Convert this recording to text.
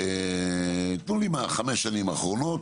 תנו לי מהחמש השנים האחרונות